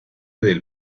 del